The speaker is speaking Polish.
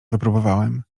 wypróbowałem